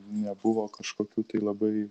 nebuvo kažkokių tai labai